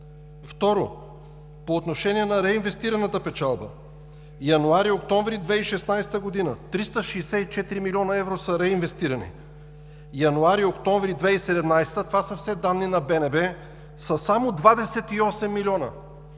Второ, по отношение на реинвестираната печалба – януари – октомври 2016 г.: 364 млн. евро са реинвестирани. Януари – октомври 2017 г., това са все данни на БНБ, са само 28 милиона.